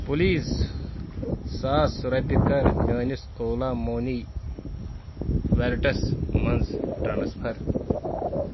please سَاس رۄپیہِ کَر میٛٲنِس اولا مٔنی ویلٹس مَنٛز ٹرٛانٕسفر